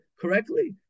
correctly